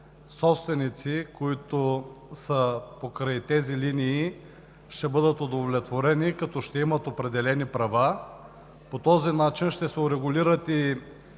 собственици покрай тези линии ще бъдат удовлетворени като ще имат определени права. По този начин ще се урегулират и